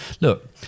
Look